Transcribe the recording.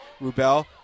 Rubel